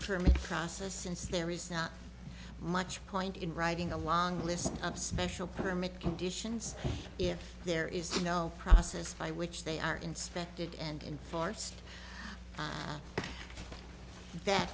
permit process since there is not much point in writing a long list of special permit conditions if there is no process by which they are inspected and enforced that